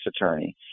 attorney